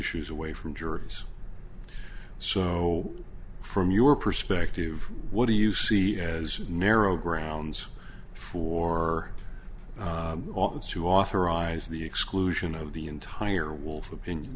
ues away from juries so from your perspective what do you see as narrow grounds for office to authorize the exclusion of the entire wolf opinion